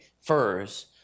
furs